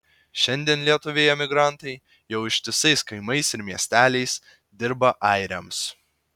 šiandien lietuviai emigrantai jau ištisais kaimais ir miesteliais dirba airiams